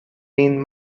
been